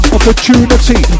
Opportunity